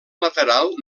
lateral